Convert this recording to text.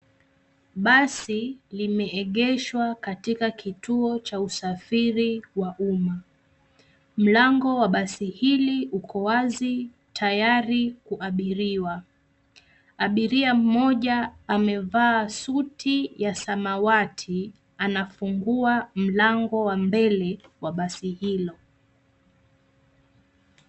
Basi limeegeshwa katika cha usafiri wa umma. Mlango wa basi hili uko wazi tayari kuabiriwa. Abiria mmoja amevaa suti ya samawati anafungua mlango wa mbele wa basi hilo.